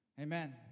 amen